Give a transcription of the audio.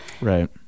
right